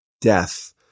death